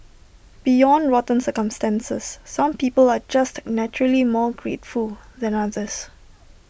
beyond rotten circumstances some people are just naturally more grateful than others